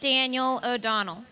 daniel o'donnell